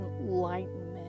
enlightenment